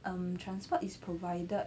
um transport is provided